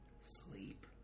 sleep